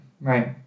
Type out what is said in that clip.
right